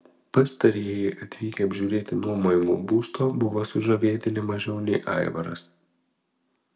pastarieji atvykę apžiūrėti nuomojamo būsto buvo sužavėti ne mažiau nei aivaras